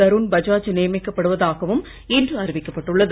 தருண் பஜாஜ் நியமிக்கப் படுவதாகவும் இன்று அறிவிக்கப் பட்டுள்ளது